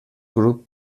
grup